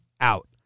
out